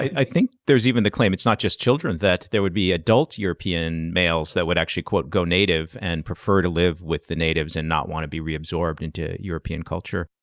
i think there's even the claim it's not just children that there would be adult european males that would actually go native and prefer to live with the natives and not want to be reabsorbed into european culture.